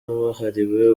wahariwe